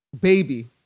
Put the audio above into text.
baby